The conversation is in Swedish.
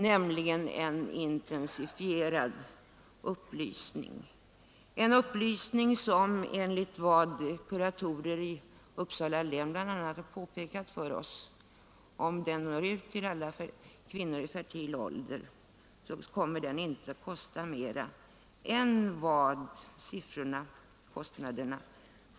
Kuratorer i Uppsala län har bl.a. påpekat för oss att en sådan upplysning, som når ut till alla kvinnor i fertil ålder, inte kommer att kosta mer än vad ett års aborter kostar.